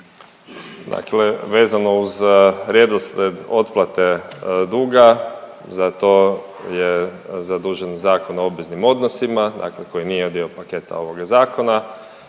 Dakle, vezano uz redoslijed otplate duga, za to je zadužen Zakon o obveznim odnosima, dakle koji nije dio paketa ovoga zakona.